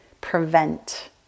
prevent